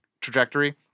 trajectory